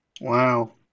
Wow